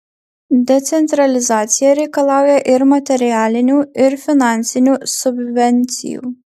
decentralizacija reikalauja ir materialinių ir finansinių subvencijų